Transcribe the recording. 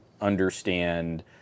understand